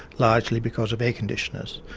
largely because of air-conditioners.